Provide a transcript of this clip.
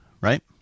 right